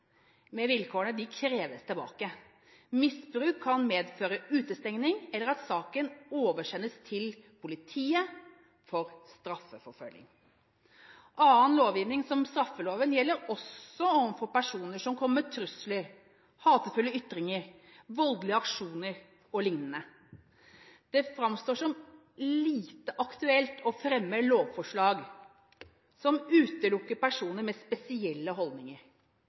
med vilkårene, kreves tilbake. Misbruk kan medføre utestengning, eller at saken oversendes til politiet for straffeforfølgning. Annen lovgivning, som straffeloven, gjelder også overfor personer som kommer med trusler, hatefulle ytringer, som er med i voldelige aksjoner o.l. Det framstår som lite aktuelt å fremme lovforslag som utelukker personer med spesielle holdninger